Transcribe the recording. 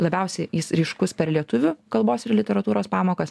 labiausiai jis ryškus per lietuvių kalbos ir literatūros pamokas